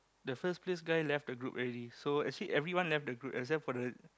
the first place guy left the group already so actually everyone left the group except for the